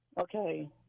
Okay